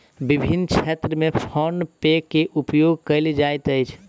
विभिन्न क्षेत्र में फ़ोन पे के उपयोग कयल जाइत अछि